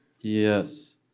Yes